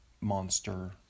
monster